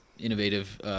innovative